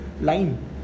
line